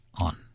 on